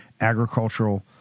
agricultural